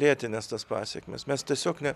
lėtines tas pasekmes mes tiesiog ne